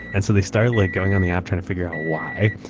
and so they started like going on the app trying to figure out why.